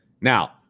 Now